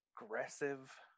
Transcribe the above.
aggressive